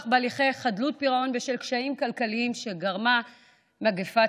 בהליכי חדלות פירעון בשל קשיים כלכליים שגרמה מגפת